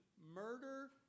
murder